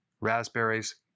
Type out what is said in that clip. raspberries